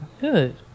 Good